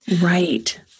Right